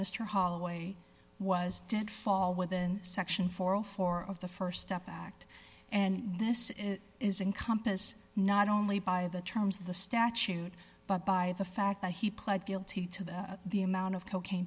mr holloway was didn't fall within section for all four of the st step act and this is in compass not only by the terms of the statute but by the fact that he pled guilty to that the amount of cocaine